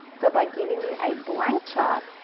so by giving you a blank chart,